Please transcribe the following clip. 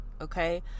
Okay